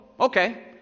okay